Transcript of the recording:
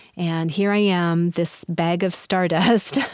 and here i am, this bag of stardust,